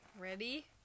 Ready